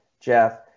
Jeff